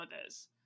others